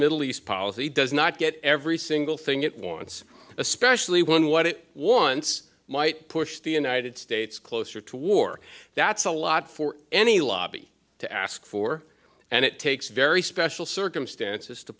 middle east policy does not get every single thing it wants especially when what it once might push the united states closer to war that's a lot for any lobby to ask for and it takes very special circumstances to